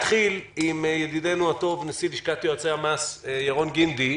עם ידידנו הטוב, נשיא לשכת יועצי המס ירון גינדי.